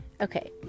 Okay